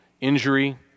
injury